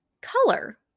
color